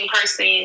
person